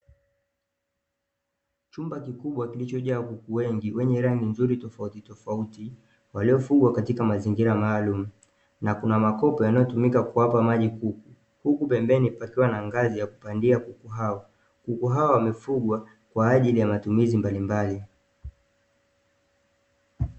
Chumba kikubwa kilichojaa kuku wengi wenye rangi nzuri tofautitofauti, waliofugwa katika mazingira maalumu na kuna makopo yanayotumika kuwapa maji kuku, huku pembeni pakiwa na ngazi ya kupandia kuku hao. Kuku hao wamefugwa kwa ajili ya matumizi mbalimbali.